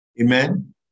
Amen